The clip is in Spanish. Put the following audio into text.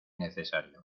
necesario